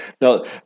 no